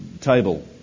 table